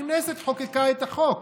הכנסת חוקקה את החוק.